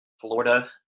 Florida